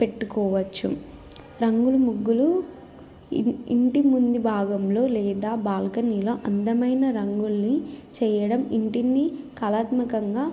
పెట్టుకోవచ్చు రంగులు ముగ్గులు ఇంటి ముందు భాగంలో లేదా బాల్కనీలో అందమైన రంగుల్ని చేయడం ఇంటిని కళాత్మకంగా